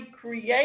create